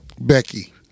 Becky